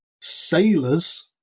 sailors